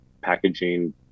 packaging